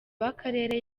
w’akarere